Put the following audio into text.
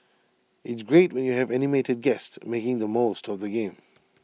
it's great when you have animated guests making the most of the game